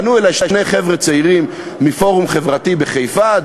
אבל פנו אלי שני חבר'ה צעירים מפורום חברתי בחיפה,